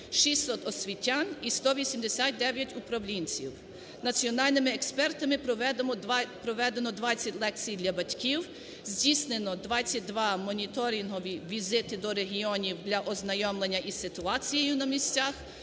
600 освітян і 189 управлінців. Національними експертами проведено 20 лекцій для батьків, здійснено 22 моніторингові візити до регіонів для ознайомлення із ситуацією на місцях,